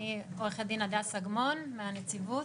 אני עורכת הדין הדס אגמון מהנציבות,